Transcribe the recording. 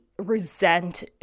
resent